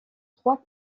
trois